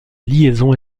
liaison